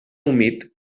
humit